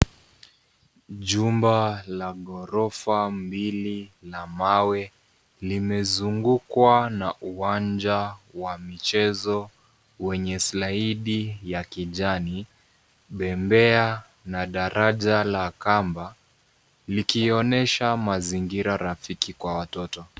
Jumba la ghorofa mbili la mawe lime zungukwa na uwanja wa michezo wenye slaidi ya kijani, bembea na daraja la kamba likionyesha mazingira rafiki kwa watoto.